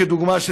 לדוגמה,